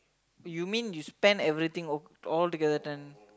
you mean you spend everything all all together ten